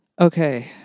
Okay